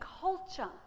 culture